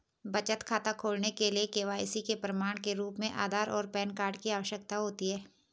बचत खाता खोलने के लिए के.वाई.सी के प्रमाण के रूप में आधार और पैन कार्ड की आवश्यकता होती है